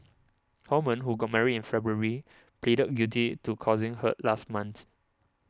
Holman who got married in February pleaded guilty to causing hurt last month